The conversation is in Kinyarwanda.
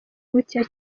gutya